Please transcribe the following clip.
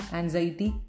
anxiety